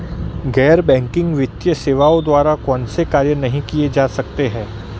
गैर बैंकिंग वित्तीय सेवाओं द्वारा कौनसे कार्य नहीं किए जा सकते हैं?